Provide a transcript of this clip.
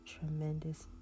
tremendous